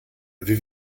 wie